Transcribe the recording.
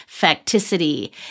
facticity